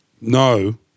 No